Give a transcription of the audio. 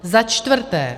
Za čtvrté.